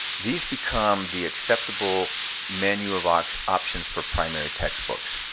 these become the acceptable menu of ah options for primary textbooks.